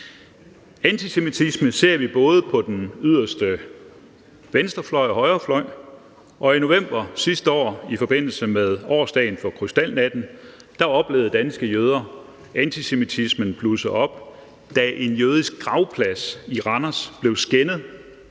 Antisemitisme ser vi både på den yderste venstrefløj og højrefløj, og i november sidste år i forbindelse med årsdagen for krystalnatten oplevede danske jøder antisemitismen blusse op, da en jødisk gravplads i Randers blev skændet